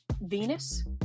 venus